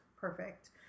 perfect